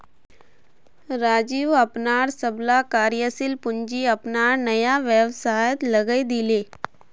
राजीव अपनार सबला कार्यशील पूँजी अपनार नया व्यवसायत लगइ दीले